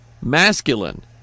masculine